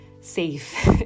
safe